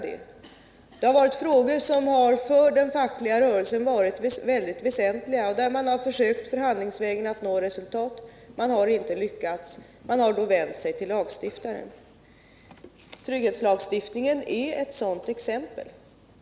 Det har gällt frågor som för den fackliga rörelsen varit väldigt väsentliga. Man har förhandlingsvägen försökt nå resultat. Men då man inte lyckats härmed har man vänt sig till lagstiftaren. Trygghetslagstiftningen är ett sådant exempel.